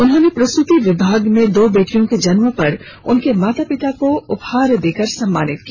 उन्होंने प्रसूति विभाग में दो बेटियों के जन्म पर उनके माता को देकर उपहार देकर सम्मानित किया